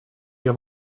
have